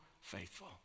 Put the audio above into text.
faithful